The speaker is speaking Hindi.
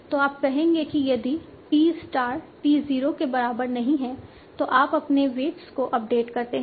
तो आप कहेंगे कि यदि t स्टार t 0 के बराबर नहीं हैं तो आप अपने वेट्स को अपडेट करते हैं